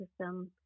system